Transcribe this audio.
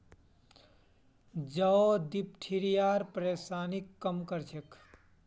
जौ डिप्थिरियार परेशानीक कम कर छेक